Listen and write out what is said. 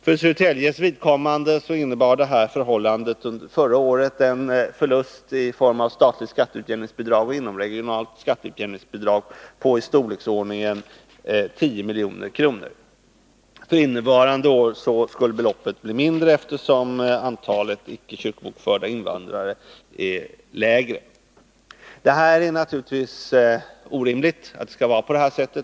För Södertäljes vidkommande innebar detta förhållande förra året en förlust av statligt skatteutjämningsbidrag och inomregionalt skatteutjämningsbidrag i storleksordningen 10 milj.kr. För innevarande år skulle beloppet bli mindre, eftersom antalet icke kyrkobokförda invandrare är lägre. Det är naturligtvis orimligt att det skall vara på det sättet.